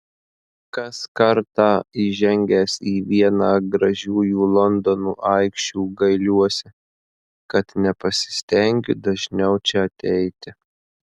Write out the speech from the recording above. kas kartą įžengęs į vieną gražiųjų londono aikščių gailiuosi kad nepasistengiu dažniau čia ateiti